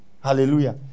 Hallelujah